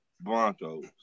Broncos